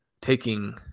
taking